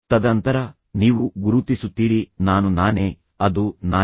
ತದನಂತರ ನೀವು ಗುರುತಿಸುತ್ತೀರಿ ನಾನು ನಾನೇ ಅದು ನಾನೇ